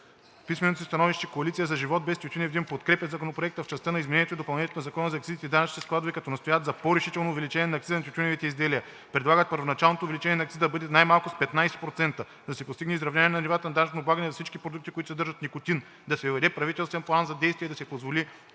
си становище „Коалиция за живот без тютюнев дим“ подкрепя Законопроекта в частта на изменението и допълнението на Закона за акцизите и данъчните складове, като настояват за по-решително увеличение на акциза на тютюневите изделия. Предлагат първоначалното увеличение на акциза да бъде най-малко 15%, да се постигне изравняване на нивата на данъчно облагане за всички продукти, които съдържат никотин, да се въведе правителствен план за действие и да се позволи